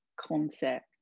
concept